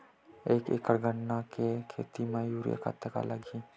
एक एकड़ गन्ने के खेती म यूरिया कतका लगही?